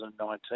2019